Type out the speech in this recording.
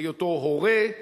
היותו הורה,